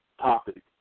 topic